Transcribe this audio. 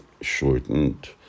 shortened